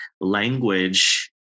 language